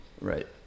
Right